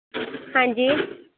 ਹਾਂਜੀ